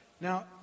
Now